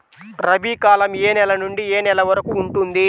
రబీ కాలం ఏ నెల నుండి ఏ నెల వరకు ఉంటుంది?